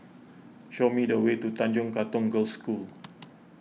show me the way to Tanjong Katong Girls' School